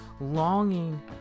longing